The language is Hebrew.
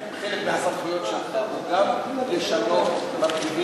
האם בסמכות הוועדה או האם חלק מהסמכויות שלך גם לשנות מרכיבים,